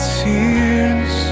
tears